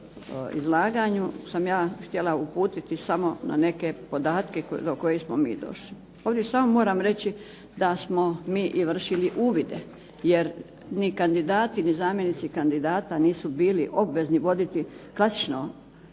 izlaganju sam ja htjela uputiti samo na neke podatke do kojih smo mi došli. Ovdje samo moram reći da smo mi i vršili uvide, jer ni kandidati ni zamjenici kandidata nisu bili obvezni voditi klasično